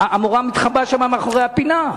המורה מתחבאת שם מאחורי הפינה.